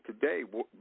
today